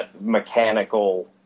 mechanical